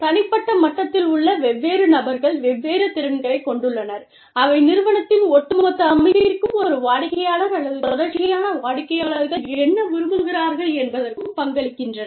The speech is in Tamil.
தனிப்பட்ட மட்டத்தில் உள்ள வெவ்வேறு நபர்கள் வெவ்வேறு திறன்களைக் கொண்டுள்ளனர் அவை நிறுவனத்தின் ஒட்டுமொத்த அமைப்பிற்கும் ஒரு வாடிக்கையாளர் அல்லது தொடர்ச்சியான வாடிக்கையாளர்கள் என்ன விரும்புகிறார்கள் என்பதற்கும் பங்களிக்கின்றன